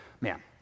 man